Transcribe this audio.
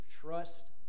trust